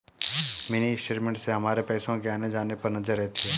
mini statement से हमारे पैसो के आने जाने पर नजर रहती है